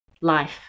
life